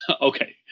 Okay